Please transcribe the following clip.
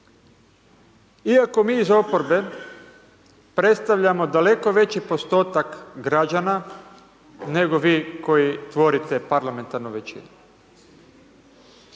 Iako mi iz oporbe predstavljamo daleko veći postotak građana, nego vi koji tvorite parlamentarnu većinu.